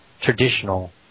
traditional